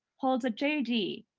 holds a j d.